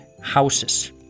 houses